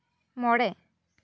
ᱢᱚᱬᱮ